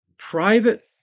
Private